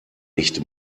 nicht